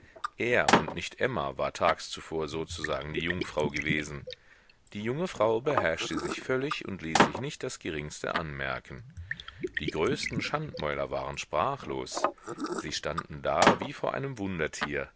er und nicht emma war tags zuvor sozusagen die jungfrau gewesen die junge frau beherrschte sich völlig und ließ sich nicht das geringste anmerken die größten schandmäuler waren sprachlos sie standen da wie vor einem